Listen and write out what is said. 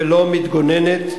ולא מתגוננת,